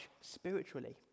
spiritually